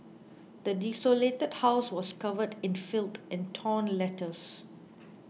the desolated house was covered in filth and torn letters